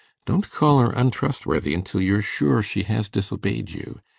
don't call her untrustworthy until you're sure she has disobeyed you.